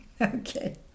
okay